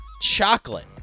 chocolate